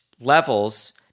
levels